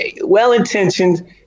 well-intentioned